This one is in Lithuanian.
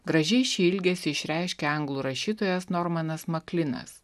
gražiai šį ilgesį išreiškia anglų rašytojas normanas maklinas